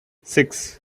six